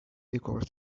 because